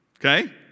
Okay